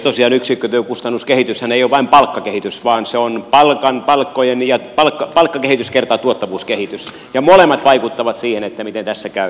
tosiaan yksikkötyökustannuskehityshän ei ole vain palkkakehitys vaan se on palkkakehitys kertaa tuottavuuskehitys ja molemmat vaikuttavat siihen miten tässä käy